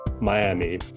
Miami